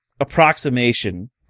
approximation